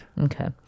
Okay